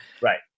Right